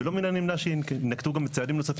במדינה שיודעת לפתח דברים ומיזמים כל כך